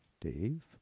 Dave